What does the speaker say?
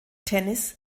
tennis